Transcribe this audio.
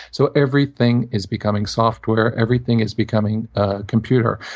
so everything is becoming software. everything is becoming ah computer.